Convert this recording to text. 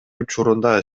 учурунда